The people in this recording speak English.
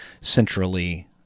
centrally